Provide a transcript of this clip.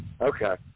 Okay